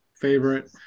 favorite